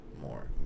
more